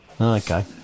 Okay